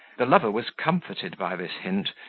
the lover was comforted by this hint,